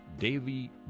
Davy